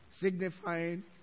signifying